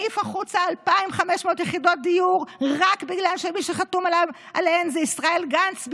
מעיף החוצה 2,500 יחידות דיור רק בגלל שמי שחתום עליהן זה ישראל גנץ,